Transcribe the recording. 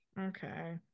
okay